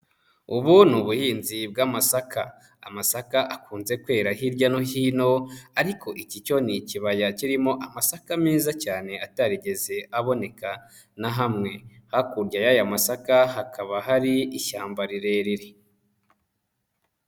Ubu ni ubuhinzi bw'amasaka; amasaka akunze kwera hirya no hino ariko iki cyo ni ikibaya kirimo amasaka meza cyane atarigeze aboneka na hamwe, hakurya y'aya masaka hakaba hari ishyamba rirerire.